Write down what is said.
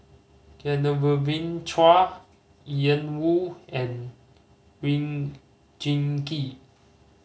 Genevieve Chua Ian Woo and Oon Jin Gee